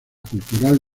cultural